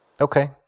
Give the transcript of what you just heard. Okay